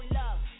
love